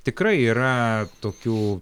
tikrai yra tokių